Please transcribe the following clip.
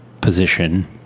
position